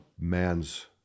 man's